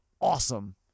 awesome